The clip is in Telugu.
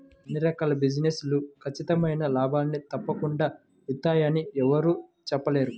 అన్ని రకాల బిజినెస్ లు ఖచ్చితమైన లాభాల్ని తప్పకుండా ఇత్తయ్యని యెవ్వరూ చెప్పలేరు